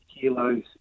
kilos